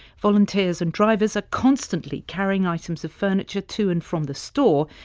volunteers and drivers are constantly carrying items of furniture to and from the store,